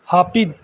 ᱦᱟᱹᱯᱤᱫ